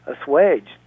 assuaged